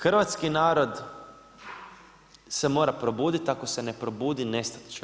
Hrvatski narod se mora probuditi, ako se ne probudi nestati će.